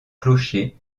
clocher